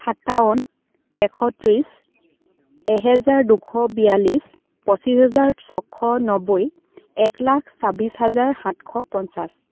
সাতাৱন্ন এশ ত্ৰিছ এহেজাৰ দুশ বিয়াল্লিছ পঁচিছ হেজাৰ ছশ নব্বৈ একলাখ ছাব্বিছ হাজাৰ সাতশ পঞ্চাছ